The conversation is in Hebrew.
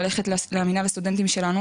ללכת למנהל הסטודנטים שלנו,